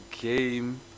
game